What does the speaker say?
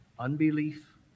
unbelief